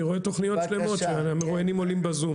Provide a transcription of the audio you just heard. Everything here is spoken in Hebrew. אני רואה תוכניות שלמות שהמרואיינים עולים בזום.